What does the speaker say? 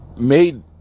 made